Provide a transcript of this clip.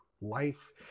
life